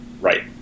Right